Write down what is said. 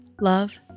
love